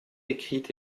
écrite